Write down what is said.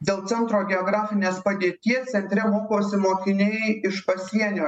dėl centro geografinės padėties centre mokosi mokiniai iš pasienio